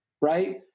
right